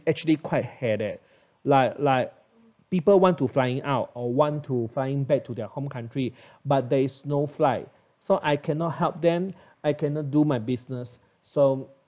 actually quite headache like like people want to flying out or want to fly in back to their home country but there is no flight so I cannot help them I cannot do my business so